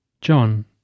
John